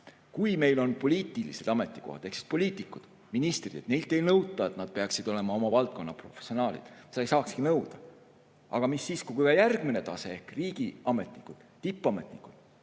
Meil on poliitilised ametikohad ehk poliitikutest ministrid. Neilt ei nõuta, et nad peaksid olema oma valdkonna professionaalid. Seda ei saakski nõuda. Aga mis siis, kui ka järgmine tase ehk riigiametnikud, tippametnikud